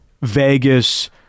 Vegas